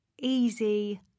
easy